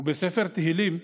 ובספר תהילים,